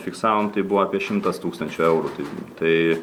fiksavom tai buvo apie šimtas tūkstančių eurų tai